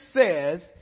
says